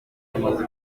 amaze